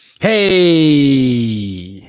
Hey